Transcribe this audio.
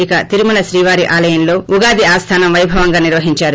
ఇక తిరుమల శ్రీవారి ఆలయంలో ఉగాది ఆస్లానం వైభవంగా నిర్వహించారు